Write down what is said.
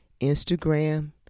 Instagram